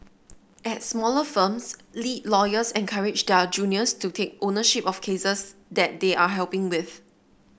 at smaller firms lead lawyers encourage their juniors to take ownership of cases that they are helping with